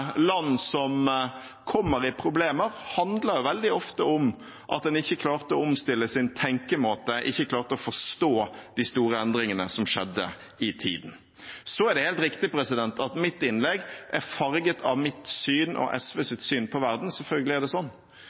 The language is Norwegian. land som kommer i problemer, handler veldig ofte om at en ikke klarte å omstille sin tenkemåte, ikke klarte å forstå de store endringene som skjedde i tiden. Det er helt riktig at mitt innlegg er farget av mitt og SVs syn på verden. Selvfølgelig er det